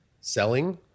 selling